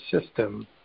system